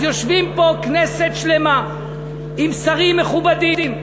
אז יושבים פה כנסת שלמה עם שרים מכובדים,